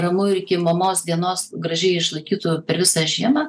ramu ir iki mamos dienos gražiai išlaikytų per visą žiemą